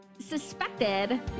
suspected